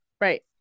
Right